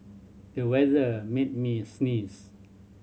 the weather made me sneeze